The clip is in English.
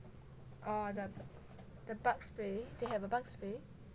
oh the bug spray they have a bug spray